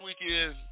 weekend